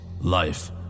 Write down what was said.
life